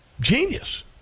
Genius